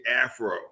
afro